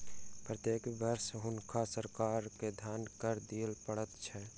प्रत्येक वर्ष हुनका सरकार के धन कर दिअ पड़ैत छल